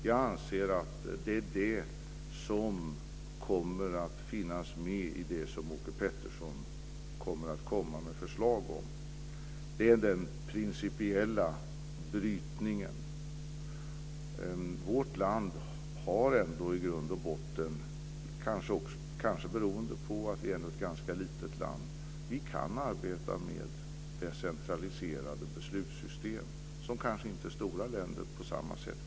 Jag anser att det är vad som kommer att finnas med i det som Åke Pettersson kommer att komma med förslag om. Det är den principiella brytningen. I vårt land kan vi ändå, kanske beroende på att Sverige är ett ganska litet land, arbeta med decentraliserade beslutssystem, vilket kanske inte stora länder kan göra på samma sätt.